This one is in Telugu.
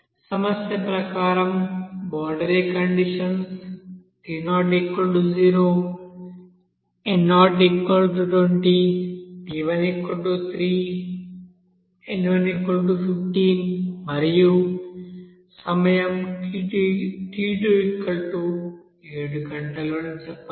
సమస్య ప్రకారం boundary conditions t00 n020 t13 n115 మరియు సమయం t27 గంటలు అని చెప్పగలం